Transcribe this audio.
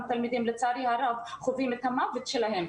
תלמידים לצערי הרב אנחנו חווים את המוות שלהם.